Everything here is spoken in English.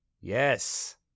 Yes